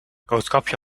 roodkapje